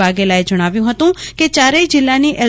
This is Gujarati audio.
વાઘેલા એ જણાવ્યું હતું કે યારેથ જીલ્લાની એલ